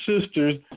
sisters